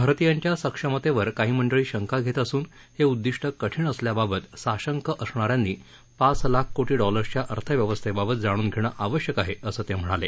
भारतीयांच्या सक्षमतेवर काही मंडळी शंका घेत असून हे उद्दिष्ट कठीण असल्याबाबत साशंक असणा यांनी पाच लाख कोटी डॉलर्सच्या अर्थव्यवस्थेबाबत जाणून धेणं आवश्यक आहे असं ते म्हणाले